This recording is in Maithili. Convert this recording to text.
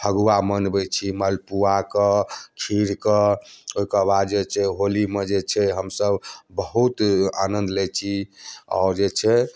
फगुआ मनबैत छी मलपूआ कऽ खीरकऽ ओहिकऽ बाद जे छै होलीमे जे छै हमसब बहुत आनन्द लइ छी आओर जे छै